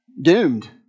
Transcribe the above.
doomed